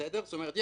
זאת אומרת,